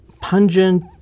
pungent